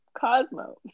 Cosmo